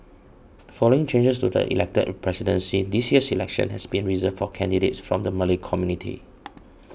following changes to the elected a presidency this year's election has been reserved for candidates from the Malay community